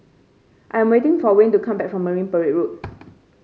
I'm waiting for Wayne to come back from Marine Parade Road